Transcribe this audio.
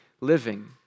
Living